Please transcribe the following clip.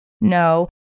No